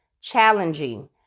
challenging